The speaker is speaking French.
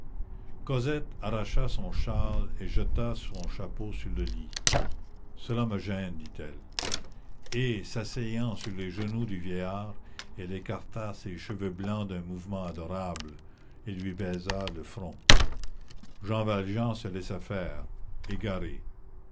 cosette arracha son châle et jeta son chapeau sur le lit cela me gêne dit-elle et s'asseyant sur les genoux du vieillard elle écarta ses cheveux blancs d'un mouvement adorable et lui baisa le front jean valjean se laissait faire égaré